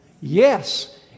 yes